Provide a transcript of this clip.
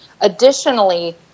Additionally